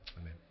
Amen